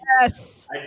Yes